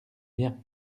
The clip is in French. bien